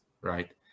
right